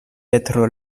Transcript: petro